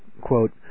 quote